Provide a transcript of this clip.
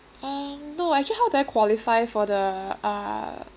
um no actually how do I qualify for the uh